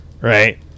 right